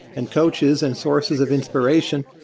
and coaches, and sources of inspiration.